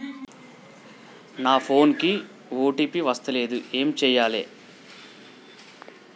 నా ఫోన్ కి ఓ.టీ.పి వస్తలేదు ఏం చేయాలే?